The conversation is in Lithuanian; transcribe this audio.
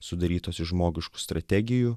sudarytos iš žmogiškų strategijų